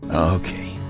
Okay